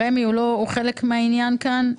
רמ"י רמ"י הוא חלק מהעניין כאן.